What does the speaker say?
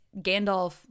Gandalf